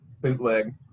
bootleg